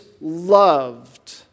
loved